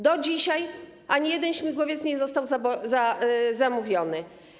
Do dzisiaj ani jeden śmigłowiec nie został zamówiony.